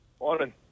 Morning